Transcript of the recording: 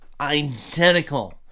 Identical